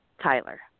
Tyler